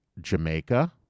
jamaica